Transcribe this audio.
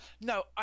No